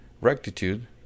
rectitude